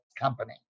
company